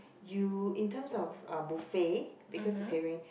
you in terms of uh buffet because clearing